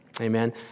Amen